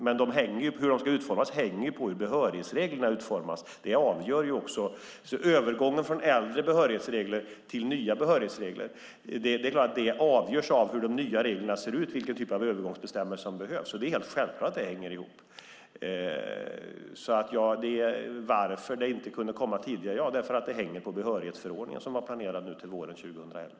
Men hur de ska utformas hänger på hur behörighetsreglerna utformas. Övergången från äldre behörighetsregler till nya behörighetsregler avgörs av hur de nya reglerna ser ut, vilken typ av övergångsbestämmelser som behövs. Det är helt självklart att det hänger ihop. Varför det inte kunde komma tidigare är därför att det hänger på behörighetsförordningen, som var planerad till våren 2011.